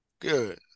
Good